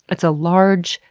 it's a large,